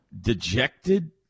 dejected